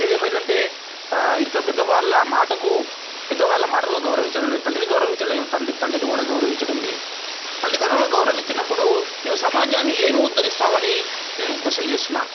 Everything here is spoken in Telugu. ఏది ఏమైదంటే ఇంట్లో పెద్ద వాళ్ళ మాటకు పెద్దవాళ్ళ మాటలను గౌరవించడం లేదు తల్లిని గౌరవించలేం తండ్రని కూడా గౌరవించడం లేదు తల్లిదండ్రులకు గౌరవించనప్పుడు నువ్వు సమాజాన్ని ఏమి ఉద్ధరిస్తావని నేను కొషన్ చేస్తున్నాను